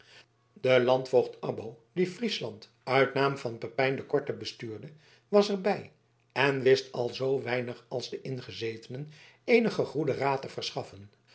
de landvoogd abbo die friesland uit naam van pepijn den korten bestuurde was er bij en wist al zoo weinig als de ingezetenen eenigen goeden raad te verschaffen